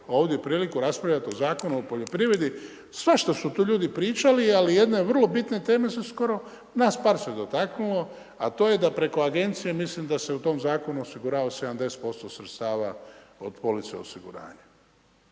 ovdje priliku raspravljati o Zakonu o poljoprivredi, svašta su tu ljudi pričali ali jedne vrlo bitne teme se skoro, nas par se dotaknulo a to je da preko agencija mislim da se u tom zakonu osiguravalo 70% sredstava od police osiguranja.